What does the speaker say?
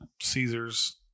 Caesars